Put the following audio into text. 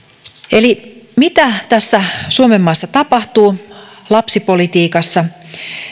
eli mitä tässä suomenmaassa tapahtuu lapsipolitiikassa